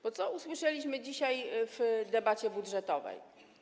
Bo co usłyszeliśmy dzisiaj w debacie budżetowej?